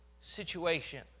situation